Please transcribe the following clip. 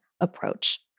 approach